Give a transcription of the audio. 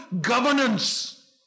governance